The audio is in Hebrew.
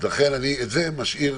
לכן את זה אני משאיר.